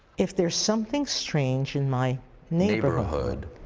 if there's something strange in my neighborhood